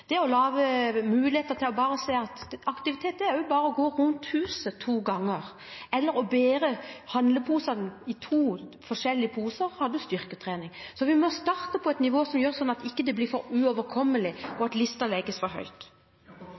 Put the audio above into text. lage muligheter som gjør at folk ser at aktivitet også kan være bare det å gå rundt huset to ganger eller å bære handleposene i to forskjellige poser. Da får man styrketrening. Vi må starte på et nivå som gjør at det ikke blir for uoverkommelig og at ikke listen legges for høyt.